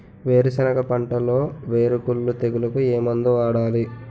వేరుసెనగ పంటలో వేరుకుళ్ళు తెగులుకు ఏ మందు వాడాలి?